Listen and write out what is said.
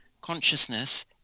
consciousness